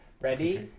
Ready